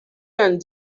and